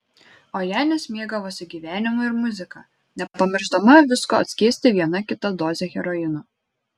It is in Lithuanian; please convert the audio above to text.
o janis mėgavosi gyvenimu ir muzika nepamiršdama visko atskiesti viena kita doze heroino